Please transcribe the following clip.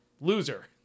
Loser